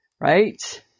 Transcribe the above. right